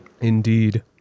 Indeed